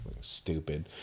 Stupid